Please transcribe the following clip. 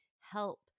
help